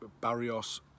Barrios